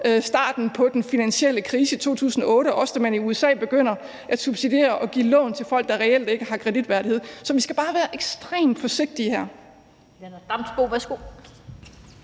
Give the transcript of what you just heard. starten på den finansielle krise i 2008, også da man i USA begynder at subsidiere og give lån til folk, der reelt ikke har kreditværdighed. Så vi skal bare være ekstremt forsigtige her.